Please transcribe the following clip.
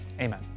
Amen